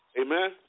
Amen